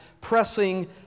pressing